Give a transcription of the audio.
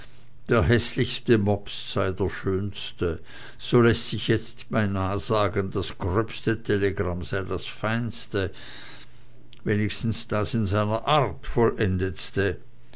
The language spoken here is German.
der häßlichste mops sei der schön ste so läßt sich jetzt beinahe sagen das gröbste telegramm ist das feinste wenigstens das in seiner art vollendetste